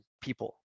people